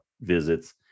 visits